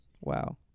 wow